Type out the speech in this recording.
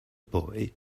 boy